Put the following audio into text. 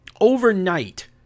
overnight